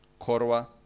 korwa